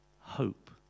hope